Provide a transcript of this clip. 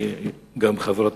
וגם חברת